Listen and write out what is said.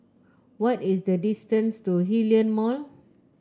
what is the distance to Hillion Mall